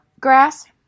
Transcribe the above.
grass